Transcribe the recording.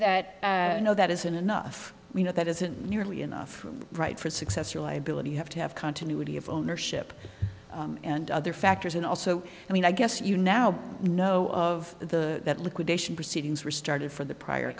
that you know that isn't enough we know that isn't nearly enough right for success or liability you have to have continuity of ownership and other factors and also i mean i guess you now know of the liquidation proceedings were started for the prior